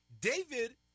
David